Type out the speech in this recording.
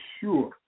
sure